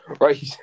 Right